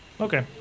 Okay